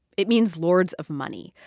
it means lords of money.